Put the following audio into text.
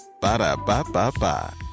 Ba-da-ba-ba-ba